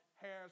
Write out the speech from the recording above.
hairs